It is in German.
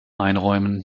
einräumen